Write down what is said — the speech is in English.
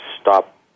stop